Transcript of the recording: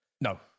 No